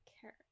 care